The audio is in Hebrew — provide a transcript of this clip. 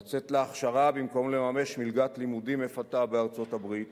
לצאת להכשרה במקום לממש מלגת לימודים מפתה בארצות-הברית,